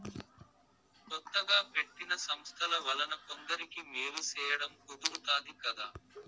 కొత్తగా పెట్టిన సంస్థల వలన కొందరికి మేలు సేయడం కుదురుతాది కదా